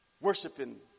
worshiping